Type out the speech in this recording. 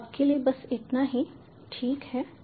तो अब के लिए बस इतना ही ठीक है